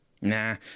nah